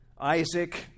Isaac